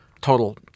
total